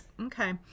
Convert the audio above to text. okay